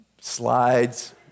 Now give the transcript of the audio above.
Slides